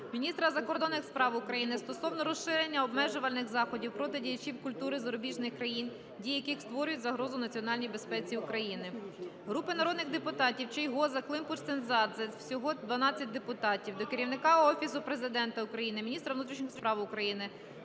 міністра закордонних справ України стосовно розширення обмежувальних заходів проти діячів культури зарубіжних країн, дії яких створюють загрозу національній безпеці України. Групи народних депутатів (Чийгоза, Климпуш-Цинцадзе. Всього 12 депутатів) до Керівника Офісу Президента України, міністра внутрішніх справ України,